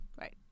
Right